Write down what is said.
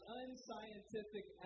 unscientific